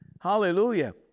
Hallelujah